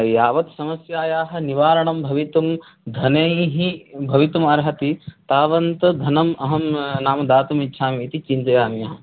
यावत् समस्यायाः निवारणं भवितुं धनं भवितुमर्हति तावत् धनं अहं नाम दातुं इच्छामि इति चिन्तयामि